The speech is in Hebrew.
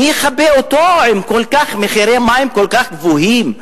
מי יכבה אותו אם מחירי המים כל כך גבוהים?